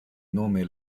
nome